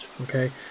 okay